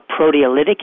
proteolytic